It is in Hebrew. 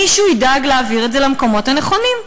מישהו ידאג להעביר את זה למקומות הנכונים,